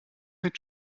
mit